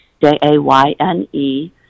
J-A-Y-N-E